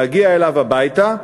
להגיע אליו הביתה,